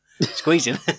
squeezing